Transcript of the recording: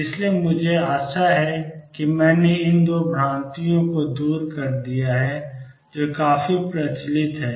इसलिए मुझे आशा है कि मैंने इन 2 भ्रांतियों को दूर कर दिया है जो काफी प्रचलित हैं